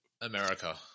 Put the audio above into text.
America